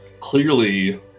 clearly